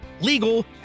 legal